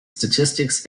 statistics